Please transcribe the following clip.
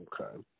okay